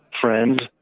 friends